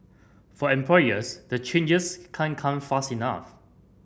for employers the changes can come fast enough